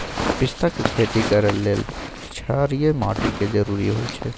पिस्ता के खेती करय लेल क्षारीय माटी के जरूरी होई छै